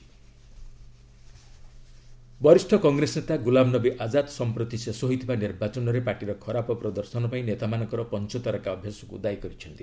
Azad Congress debacle ବରିଷ୍ଣ କଂଗ୍ରେସ ନେତା ଗୁଲାମ ନବୀ ଆଜାଦ୍ ସମ୍ପ୍ରତି ଶେଷ ହୋଇଥିବା ନିର୍ବାଚନରେ ପାର୍ଟିର ଖରାପ ପ୍ରଦର୍ଶନ ପାଇଁ ନେତାମାନଙ୍କ ପଞ୍ଚତାରକା ଅଭ୍ୟାସକୁ ଦାୟୀ କରିଛନ୍ତି